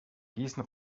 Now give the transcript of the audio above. gießen